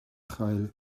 chael